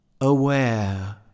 aware